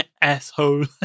asshole